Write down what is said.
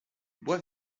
bois